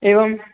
एवम्